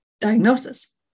diagnosis